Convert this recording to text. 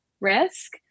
risk